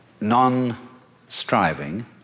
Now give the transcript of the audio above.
non-striving